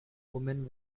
woman